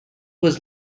was